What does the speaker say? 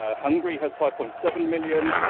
ah hungary has five point seven million,